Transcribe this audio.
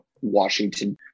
Washington